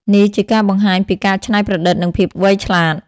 នេះជាការបង្ហាញពីការច្នៃប្រឌិត និងភាពវៃឆ្លាត។